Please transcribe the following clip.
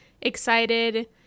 excited